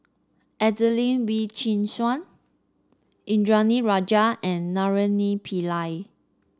Adelene Wee Chin Suan Indranee Rajah and Naraina Pillai